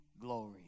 glory